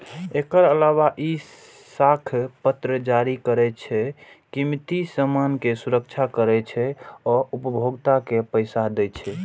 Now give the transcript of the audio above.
एकर अलावे ई साख पत्र जारी करै छै, कीमती सामान के सुरक्षा करै छै आ उपभोक्ता के पैसा दै छै